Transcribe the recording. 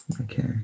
Okay